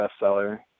bestseller